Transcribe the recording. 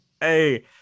hey